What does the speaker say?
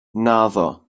naddo